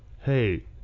hey